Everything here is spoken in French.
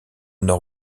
nord